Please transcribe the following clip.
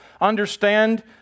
understand